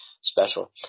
special